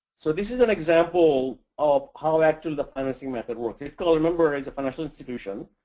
so this is an example of how actually the financing method works. idcol, remember, is a financial institution.